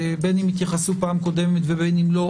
בין אם התייחסו בפעם הקודמת ובין אם לא,